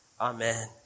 Amen